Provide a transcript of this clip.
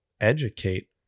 educate